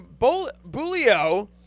Bulio